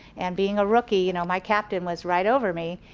and being a rookie, you know my captain was right over me.